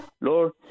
Lord